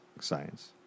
science